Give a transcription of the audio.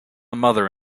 mother